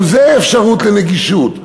גם זה אפשרות לנגישות.